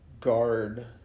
guard